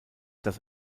dass